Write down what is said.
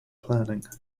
planning